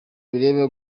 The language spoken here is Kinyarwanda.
bireba